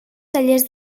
tallers